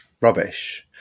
rubbish